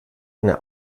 eine